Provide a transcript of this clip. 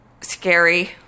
scary